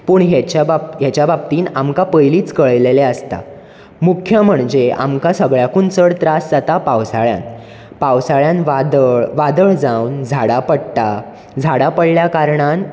पूण हेच्या बाप हेच्या बाबतीन आमकां पयलींच कळयलेलें आसता मुख्य म्हणजे आमकां सगळ्याकून चड त्रास जाता पावसाळ्यान पावसाळ्यान वादळ वादळ जावन झाडां पडटा झाडां पडल्या कारणान